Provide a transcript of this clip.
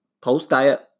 post-diet